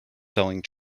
selling